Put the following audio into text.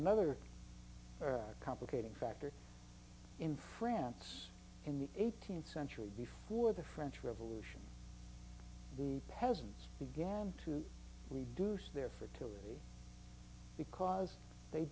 another complicating factor in france in the eighteenth century before the french revolution the peasants began to reduce their fertility because they